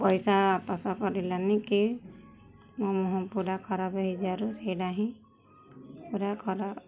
ପଇସା ବାପସ କରିଲାନି କି ମୋ ମୁହଁ ପୁରା ଖରାପ ହେଇଯିବାରୁ ସେଇଟା ହିଁ ପୁରା ଖରାପ